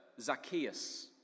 Zacchaeus